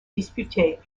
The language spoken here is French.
disputées